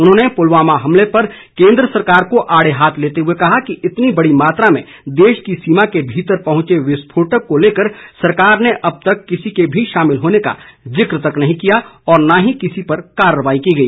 उन्होंने पुलवामा हमले पर केन्द्र सरकार को आड़े हाथ लेते हुए कहा कि इतनी बड़ी मात्रा में देश की सीमा के भीतर पहुंचे विस्फोटक को लेकर सरकार ने अब तक किसी के भी शामिल होने का जिक तक नहीं किया और न ही किसी पर कार्रवाई की गई